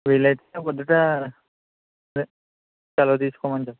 వీలైతే పొద్దుట అదే సెలవు తీసుకోమని చెప్పండి